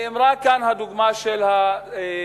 נאמרה כאן הדוגמה של פריס.